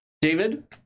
David